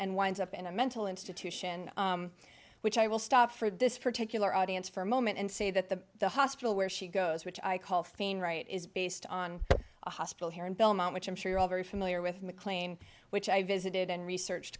and winds up in a mental institution which i will stop for this particular audience for a moment and say that the hospital where she goes which i call thane right is based on a hospital here in belmont which i'm sure i'm very familiar with mclean which i visited and researched